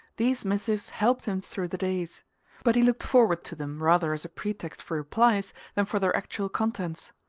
these missives helped him through the days but he looked forward to them rather as a pretext for replies than for their actual contents.